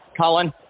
Colin